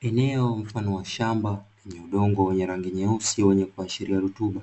Eneo mfano wa shamba lenye udongo wenye rangi nyeusi wenye kuashiria rutuba,